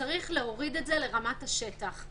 וצריך להוריד את זה לרמת השטח.